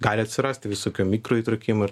gali atsirasti visokių mikro įtrūkimų ir